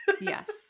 Yes